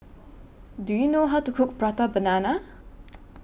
Do YOU know How to Cook Prata Banana